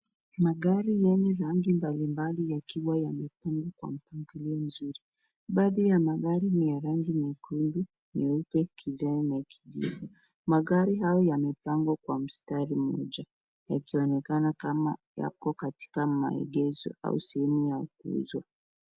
Magari yenye rangi mbalimbali yakiwa yamepangwa kwa mpangilio mzuri. Baadhi ya magari ni ya rangi nyekundu, nyeupe, kijani na kijivu. Magari haya yamepangwa kwa mstari mmoja yakionekana kama yako katika maegesho au sehemu ya kuuzwa.